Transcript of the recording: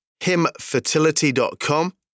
himfertility.com